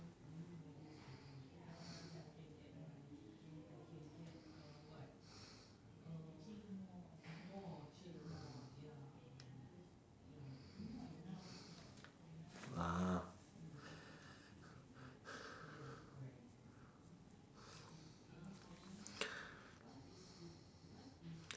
ah